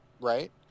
right